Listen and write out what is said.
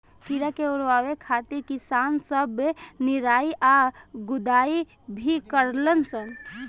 कीड़ा के ओरवावे खातिर किसान सब निराई आ गुड़ाई भी करलन सन